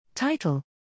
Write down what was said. Title